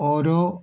ഓരോ